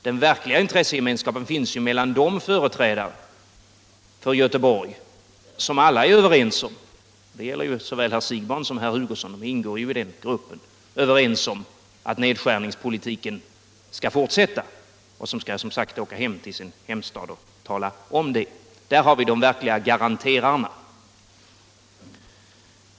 Den verkliga intressegemenskapen finns ju mellan de företrädare för Göteborg — det gäller såväl herr Siegbahn som herr Hugosson, som ingår i den gruppen — som är överens om att nedskärningspolitiken skall fortsätta och som skall åka hem till sin hemstad och tala om det. Där har vi de verkliga ”garanterarna”.